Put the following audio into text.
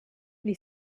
gli